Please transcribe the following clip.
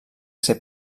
ser